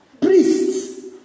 priests